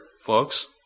folks